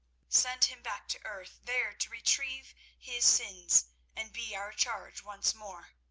send him back to earth, there to retrieve his sins and be our charge once more.